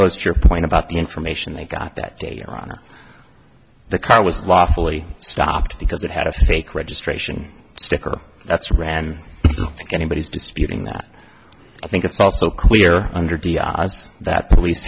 goes to your point about the information they got that data on the car was lawfully stopped because it had a fake registration sticker that's rammed anybody's disputing that i think it's also clear under diaz that the police